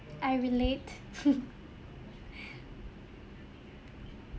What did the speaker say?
I relate